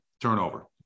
turnover